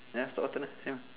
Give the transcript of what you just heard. ya so alternate same